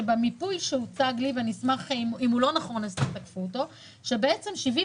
שבמיפוי שהוצג לי ואשמח שאם הוא לא נכון תתקפו אותו 77%